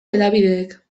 hedabideek